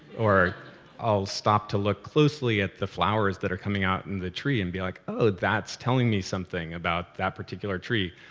or i'll stop to look closely at the flowers that are coming out in the tree and be like, oh, that's telling me something about that particular tree.